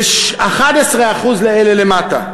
ו-11% לאלה למטה.